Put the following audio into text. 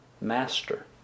Master